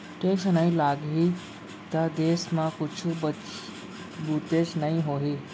tax नइ लगाही त देस म कुछु बुतेच नइ होही